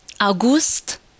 August